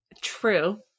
True